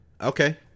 Okay